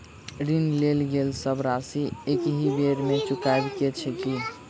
ऋण लेल गेल सब राशि एकहि बेर मे चुकाबऽ केँ छै की?